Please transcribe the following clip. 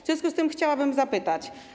W związku z tym chciałabym zapytać.